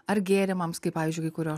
ar gėrimams kaip pavyzdžiui kai kurio